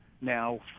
now